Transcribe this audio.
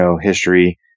history